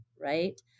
right